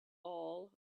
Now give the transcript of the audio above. all